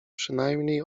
przynajmniej